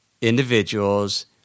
individuals